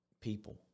people